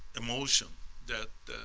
emotion that,